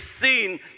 seen